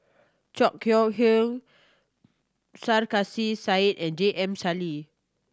Chor Yeok Eng Sarkasi Said and J M Sali